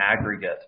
aggregate